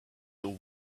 till